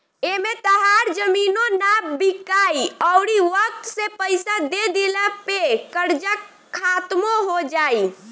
एमें तहार जमीनो ना बिकाइ अउरी वक्त से पइसा दे दिला पे कर्जा खात्मो हो जाई